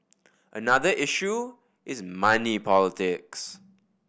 another issue is money politics